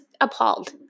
appalled